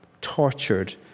tortured